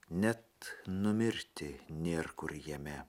net numirti nėr kur jame